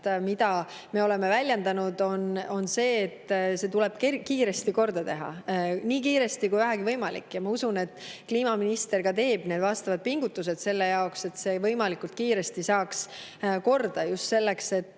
mida me oleme väljendanud, on see, et see tuleb kiiresti korda teha, nii kiiresti kui vähegi võimalik. Ja ma usun, et kliimaminister ka teeb need vastavad pingutused selle jaoks, et see võimalikult kiiresti saaks korda, just selleks, et